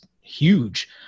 huge